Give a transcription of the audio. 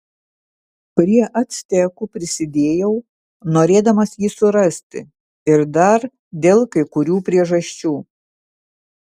prie actekų prisidėjau norėdamas jį surasti ir dar dėl kai kurių priežasčių